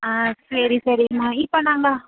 ஆ சரி சரிம்மா இப்போ நாங்கள்